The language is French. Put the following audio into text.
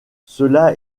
cela